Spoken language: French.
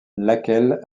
laquelle